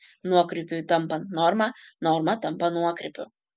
nuokrypiui tampant norma norma tampa nuokrypiu